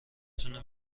تونه